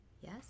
Yes